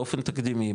באופן תקדימי,